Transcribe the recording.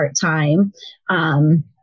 part-time